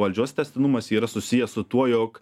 valdžios tęstinumas yra susijęs su tuo jog